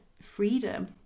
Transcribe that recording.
freedom